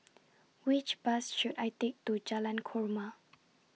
Which Bus should I Take to Jalan Korma